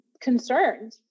concerned